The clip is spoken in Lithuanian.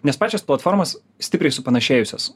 nes pačios platformos stipriai supanašėjusios